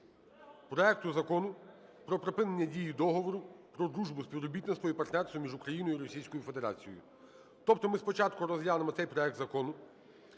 проекту Закону про припинення дії Договору про дружбу, співробітництво і партнерство між Україною і Російською Федерацією. Тобто ми спочатку розглянемо цей проект закону,